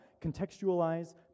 contextualize